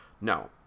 No